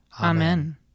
Amen